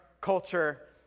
culture